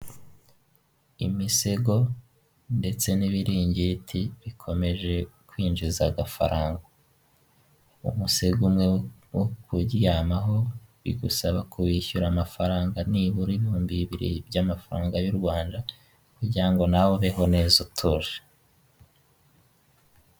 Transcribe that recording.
Imisego ndetse n'ibiringiti bikomeje kwinjiza agafaranga umusego umwe wo kuryamaho bigusaba kuwishyura amafaranga nibura ibihumbi bibiri by'amafaranga y'u Rwanda kugirango nawe ubeho neza utuje .